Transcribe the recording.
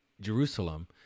Jerusalem